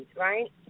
right